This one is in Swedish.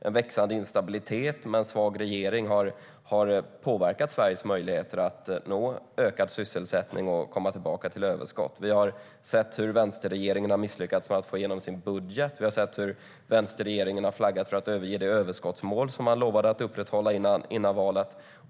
En växande instabilitet med en svag regering har påverkat Sveriges möjligheter att nå ökad sysselsättning och komma tillbaka till överskott. Vi har sett hur vänsterregeringen har misslyckats med att få igenom sin budget. Vi har sett hur vänsterregeringen har flaggat för att överge det överskottsmål som man lovade att upprätthålla före valet.